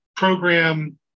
program